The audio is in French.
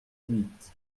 huit